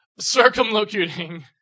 circumlocuting